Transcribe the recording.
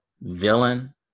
villain